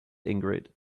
ingrid